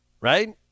right